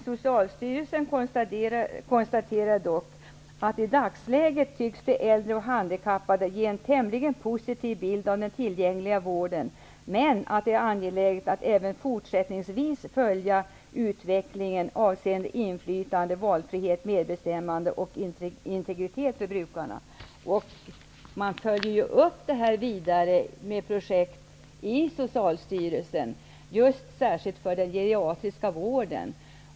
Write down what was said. Socialstyrelsen konstaterar dock att de äldre och handikappade i dagsläget tycks ge en tämligen positiv bild av den tillgängliga vården, men att det är angeläget att även fortsättningsvis följa utvecklingen avseende inflytande, valfrihet, medbestämmande och integritet för brukarna. Socialstyrelsen följer upp utvärderingen med projekt just för den geriatriska vården.